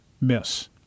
miss